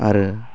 आरो